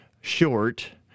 short